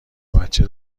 بچه